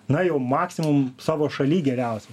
na jau maksimum savo šaly geriausia